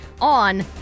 on